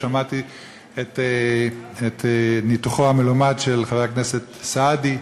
שמעתי את ניתוחו המלומד של חבר הכנסת סעדי,